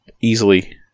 easily